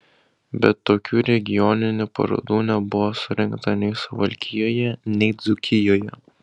bet tokių regioninių parodų nebuvo surengta nei suvalkijoje nei dzūkijoje